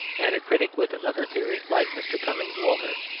and a critic with another theory, like mr. cumming walters,